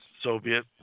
Soviet